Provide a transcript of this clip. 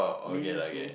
meaningful